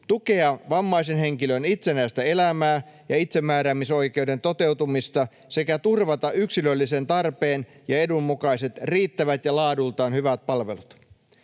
tukea vammaisen henkilön itsenäistä elämää ja itsemääräämisoikeuden toteutumista sekä turvata yksilöllisen tarpeen ja edun mukaiset, riittävät ja laadultaan hyvät palvelut.